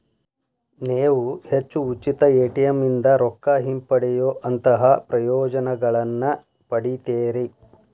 ನೇವು ಹೆಚ್ಚು ಉಚಿತ ಎ.ಟಿ.ಎಂ ಇಂದಾ ರೊಕ್ಕಾ ಹಿಂಪಡೆಯೊಅಂತಹಾ ಪ್ರಯೋಜನಗಳನ್ನ ಪಡಿತೇರಿ